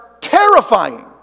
terrifying